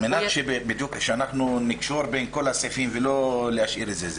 על מנת לקשור בין כל הסעיפים ולא להשאיר את זה,